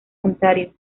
ontario